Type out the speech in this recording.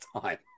time